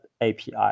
API